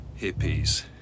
Hippies